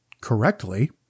correctly